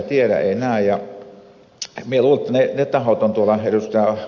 minä luulen että ne tahot ovat tuolla ed